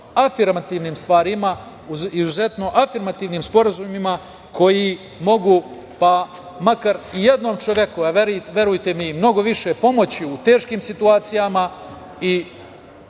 afirmativnim stvarima i izuzetno afirmativnim sporazumima koji mogu makar i jednom čoveku, a verujte mi, mnogo više pomoći u teškim situacijama i